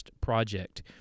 project